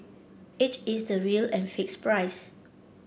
it is the real and fixed price